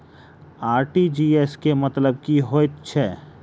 RTGS केँ मतलब की हएत छै?